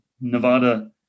Nevada